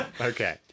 Okay